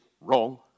wrong